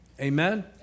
Amen